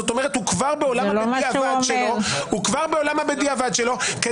זאת אומרת, הוא כבר בעולם הבדיעבד שלו.